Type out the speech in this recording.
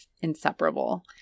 inseparable